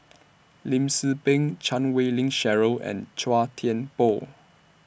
Lim Tze Peng Chan Wei Ling Cheryl and Chua Thian Poh